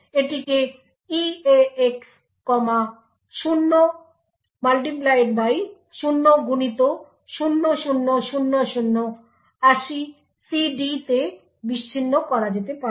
এটিকে eax comma 0x000080CD তে বিচ্ছিন্ন করা যেতে পারে